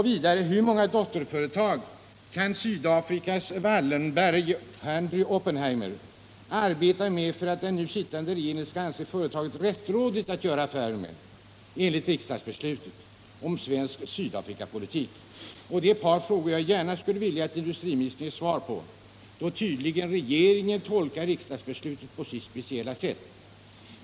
Vidare: Hur många dotterföretag kan Sydafrikas Wallenberg, Harry Oppenheimer, arbeta med för att den nu sittande regeringen skall anse att det står i överensstämmelse med riksdagens beslut om svensk Sydafrikapolitik att göra affärer med företaget? Det är ett par frågor jag gärna skulle vilja att industriministern ger svar på, eftersom regeringen tydligen tolkar riksdagsbeslutet på sitt speciella sätt.